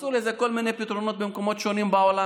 מצאו לזה כל מיני פתרונות במקומות שונים בעולם.